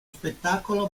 spettacolo